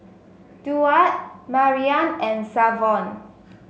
Duard Maryann and Savon